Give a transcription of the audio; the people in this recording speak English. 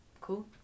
cool